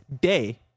day